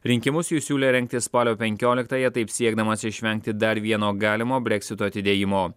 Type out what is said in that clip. rinkimus jis siūlė rengti spalio penkioliktąją taip siekdamas išvengti dar vieno galimo breksito atidėjimo